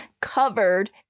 covered